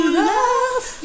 love